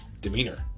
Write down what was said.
demeanor